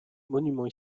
monument